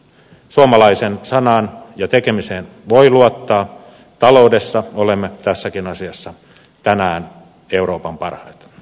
suomalaisen sanaan ja tekemiseen voi luottaa taloudessa olemme tässäkin asiassa tänään euroopan parhaita